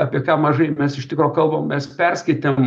apie ką mažai mes iš tikro kalbam mes perskaitėm